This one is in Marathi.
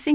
सिंग